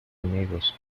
amigos